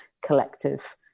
collective